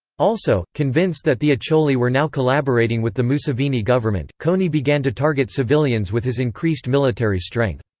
also, convinced that the acholi were now collaborating with the museveni government, kony began to target civilians with his increased military strength.